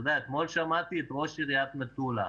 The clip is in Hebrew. אתמול שמעתי את ראש עיריית מטולה.